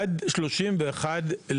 עד 31 במרץ,